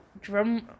drum